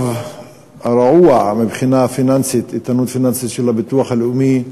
הרעוע מבחינת האיתנות הפיננסית של הביטוח הלאומי,